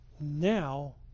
now